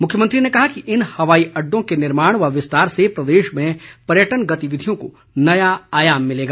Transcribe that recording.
मुख्यमंत्री ने कहा कि इन हवाई अड्डों के निर्माण व विस्तार से प्रदेश में पयर्टन गतिविधियों को नया आयाम मिलेगा